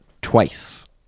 twice